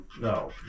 no